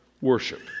worship